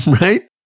right